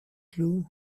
clue